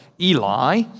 Eli